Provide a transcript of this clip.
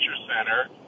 Center